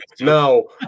no